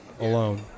alone